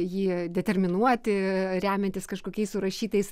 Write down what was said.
jį determinuoti remiantis kažkokiais surašytais